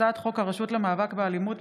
הצעת חוק הרשות למאבק באלימות,